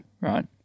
Right